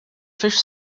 fiex